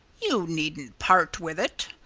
you needn't part with it,